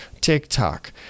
TikTok